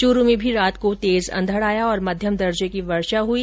च्रू में भी रात को तेज अंधड आया और मध्यम दर्जे की वर्षा हुई